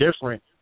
different